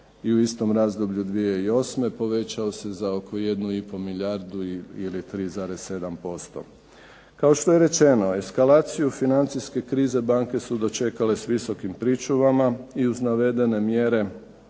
i u istom razdoblju 2008. povećao se za oko 1,5 milijardu ili 3,7%. Kao što je rečeno, eskalaciju financijske krize banke su dočekale s visokim pričuvama i uz navedene mjere